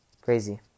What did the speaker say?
Crazy